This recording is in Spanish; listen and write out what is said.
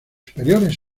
superiores